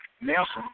Nelson